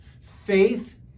Faith